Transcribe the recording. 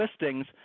listings